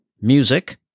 Music